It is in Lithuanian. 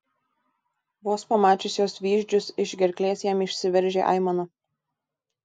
vos pamačius jos vyzdžius iš gerklės jam išsiveržė aimana